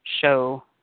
show